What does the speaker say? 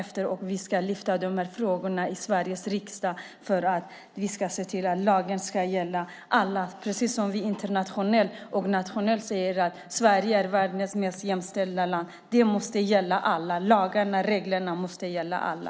I dag, den 9 mars, lyfter vi fram dessa frågor i Sveriges riksdag. Vi måste se till att lagen gäller alla, på samma sätt som vi säger att Sverige är världens mest jämställda land. Lagarna och reglerna måste gälla alla.